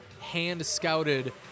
hand-scouted